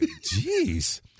Jeez